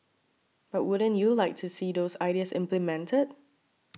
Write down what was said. but wouldn't you like to see those ideas implemented